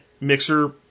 mixer